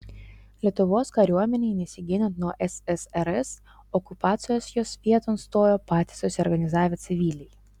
lietuvos kariuomenei nesiginant nuo ssrs okupacijos jos vieton stojo patys susiorganizavę civiliai